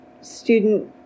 student